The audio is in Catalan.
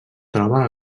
troba